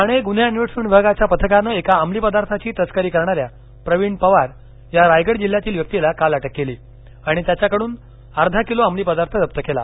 ठाणे गुन्हे अन्वेषण विभागाच्या पथकानं एका अमली पदार्थाची तस्करी करणाऱ्या प्रवीण पवार या रायगड जिल्ह्यातील व्यक्तिला काल अटक केली आणि त्याच्याकडून अर्धा किलो अमली पदार्थ जप्त केला